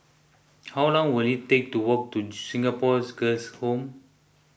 how long will it take to walk to Singapore Girls' Home